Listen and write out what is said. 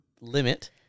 limit